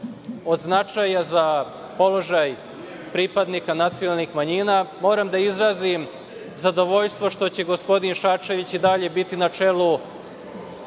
od značaja za položaj pripadnika nacionalnih manjina, moram da izrazim zadovoljstvo što će gospodin Šarčević i dalje biti na čelu